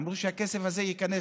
אמרו שהכסף הזה ייכנס.